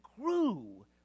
grew